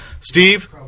Steve